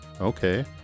Okay